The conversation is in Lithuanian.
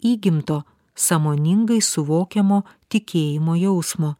įgimto sąmoningai suvokiamo tikėjimo jausmo